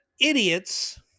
Idiots